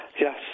Yes